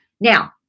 Now